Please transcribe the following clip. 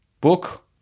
book